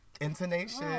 Intonation